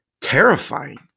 terrifying